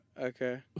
okay